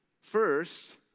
First